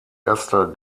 erster